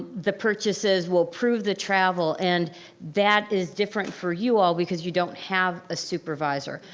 the purchases, will approve the travel, and that is different for you all, because you don't have a supervisor.